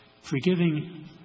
Forgiving